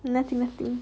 nothing nothing